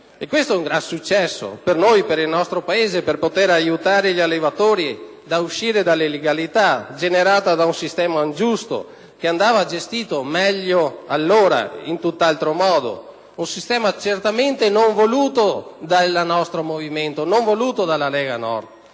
Questo è un grande successo per noi, per il nostro Paese, per poter aiutare gli allevatori a uscire dalla illegalità generata da un sistema ingiusto, che andava gestito meglio allora, in tutt'altro modo, un sistema certamente non voluto dalla Lega Nord,